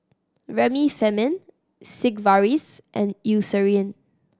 Remifemin Sigvaris and Eucerin